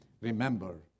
Remember